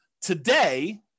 Today